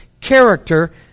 character